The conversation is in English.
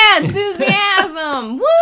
enthusiasm